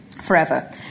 forever